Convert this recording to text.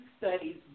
studies